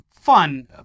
fun